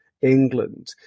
england